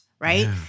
right